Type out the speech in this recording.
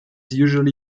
usually